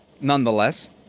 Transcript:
nonetheless